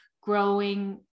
growing